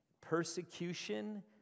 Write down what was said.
persecution